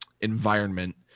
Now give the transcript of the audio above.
environment